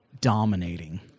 dominating